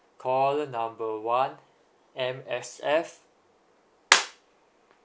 call the number one M_S_F